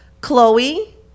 Chloe